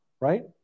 right